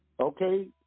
okay